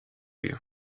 you